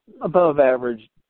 above-average